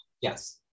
yes